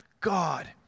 God